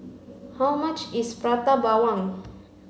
how much is Prata Bawang